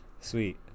sweet